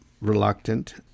reluctant